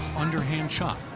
underhand chop,